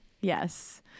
yes